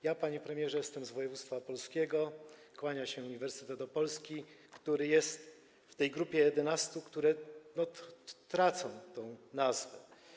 Ja, panie premierze, jestem z województwa opolskiego, kłania się Uniwersytet Opolski, który jest w grupie tych 11, które tracą tę nazwę.